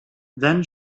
then